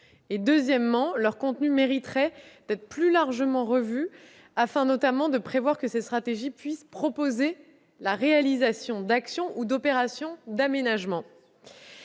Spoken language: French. Deuxièmement, leur contenu mériterait d'être revu plus largement, afin notamment de prévoir qu'elles puissent proposer la réalisation d'actions ou d'opérations d'aménagement.